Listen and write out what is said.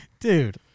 Dude